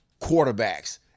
quarterbacks